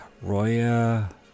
Roya